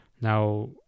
now